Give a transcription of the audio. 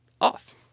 off